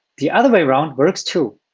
the other way around works, too.